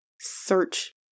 search